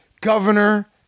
governor